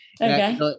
Okay